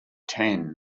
ten